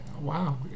wow